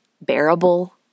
bearable